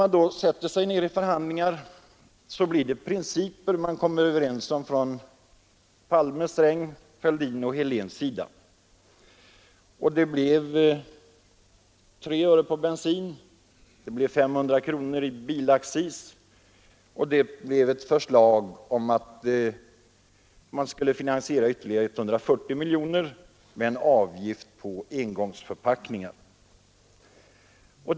Nå, vid de förhandlingar som då kom till stånd blev herr Palme, herr Sträng, herr Fälldin och herr Helén slutligen överens om principerna, nämligen 3 öres förhöjning på bensinpriset och 500 kronor i förhöjd bilaccis. Dessutom enades man om att skaffa fram ytterligare 140 miljoner kronor medelst en avgift på engångsförpackningarna.